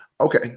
Okay